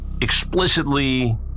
explicitly